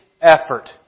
effort